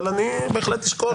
אבל אני בהחלט אשקול,